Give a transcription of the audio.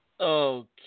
Okay